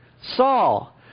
Saul